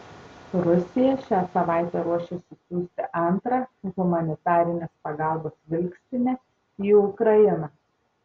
rusija šią savaitę ruošiasi siųsti antrą humanitarinės pagalbos vilkstinę į ukrainą